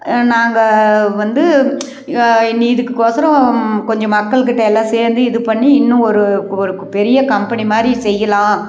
நாங்கள் வந்து இனி இதுக்கு கொசரோம் கொஞ்சம் மக்கள்கிட்டே எல்லாம் சேர்ந்து இது பண்ணி இன்னும் ஒரு ஒரு பெரிய கம்பெனி மாதிரி செய்யலாம்